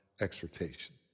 exhortation